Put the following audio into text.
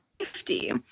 safety